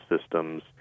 systems